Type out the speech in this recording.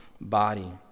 body